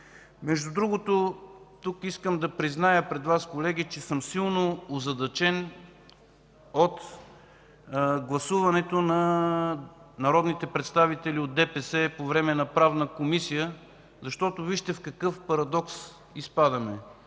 свободи. Тук искам да призная пред Вас, колеги, че съм силно озадачен от гласуването на народните представители от ДПС по време на Правната комисия, защото вижте в какъв парадокс изпадаме: